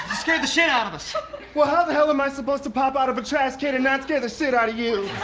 scared the shit out of us. well how the hell am i supposed to pop out of a trash can and not scare the shit out of you?